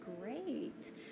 great